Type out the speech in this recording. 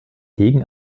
hegen